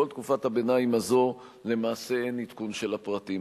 כל תקופת הביניים הזאת למעשה אין עדכון של הפרטים.